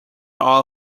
all